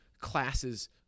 classes